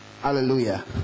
Hallelujah